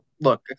Look